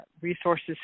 resources